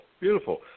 beautiful